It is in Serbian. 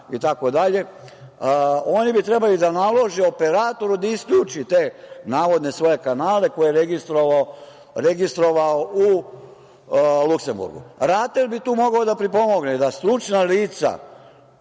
itd. Oni bi trebalo da nalože operatoru da isključi te navodne svoje kanale koje je registrovao u Luksemburgu. RATEL bi tu mogao da pripomogne i da stručna lica